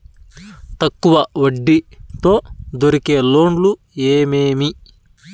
తక్కువ వడ్డీ తో దొరికే లోన్లు ఏమేమీ?